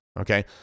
Okay